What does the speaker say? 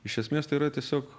iš esmės tai yra tiesiog